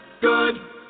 good